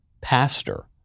pastor